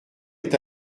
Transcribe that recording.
est